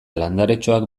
landaretxoak